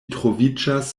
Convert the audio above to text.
troviĝas